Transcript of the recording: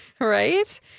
Right